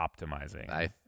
optimizing